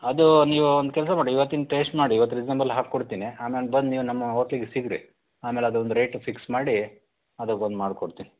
ಅದು ನೀವು ಒಂದು ಕೆಲಸ ಮಾಡಿ ಇವತ್ತಿಂದು ಟೇಶ್ಟ್ ಮಾಡಿ ಇವತ್ತು ರಿಸ್ನಬಲ್ ಹಾಕ್ಕೊಡ್ತೀನಿ ಆಮೇಲೆ ಬಂದು ನೀವು ನಮ್ಮ ಹೋಟ್ಲಿಗೆ ಸಿಗ್ರಿ ಆಮೇಲೆ ಅದೊಂದು ರೇಟು ಫಿಕ್ಸ್ ಮಾಡಿ ಅದಕ್ಕೊಂದು ಮಾಡ್ಕೊಡ್ತೀನಿ